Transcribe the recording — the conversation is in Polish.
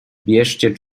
bierzcie